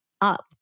up